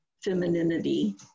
femininity